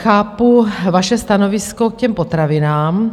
Chápu vaše stanovisko k těm potravinám.